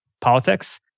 politics